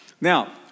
Now